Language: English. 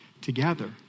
together